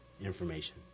information